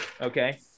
Okay